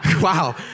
Wow